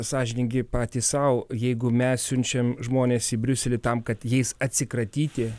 sąžiningi patys sau jeigu mes siunčiam žmones į briuselį tam kad jais atsikratyti